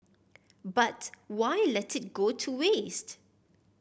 but why let it go to waste